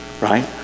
right